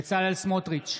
בצלאל סמוטריץ'